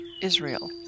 Israel